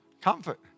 Comfort